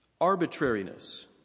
arbitrariness